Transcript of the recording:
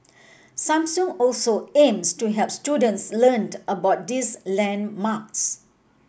Samsung also aims to help students learned about these landmarks